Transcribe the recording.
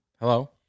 Hello